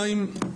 שנית,